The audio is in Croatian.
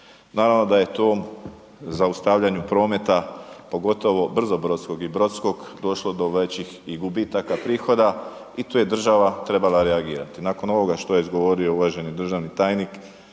Naravno da je tu zaustavljanju prometa pogotovo brzobrodskog i brodskog došlo do većih i gubitaka prihoda i tu je država trebala reagirati. Nakon ovoga što je izgovorio uvaženi državni tajnik,